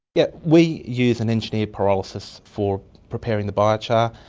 yeah we use an engineered pyrolysis for preparing the biochar.